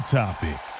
topic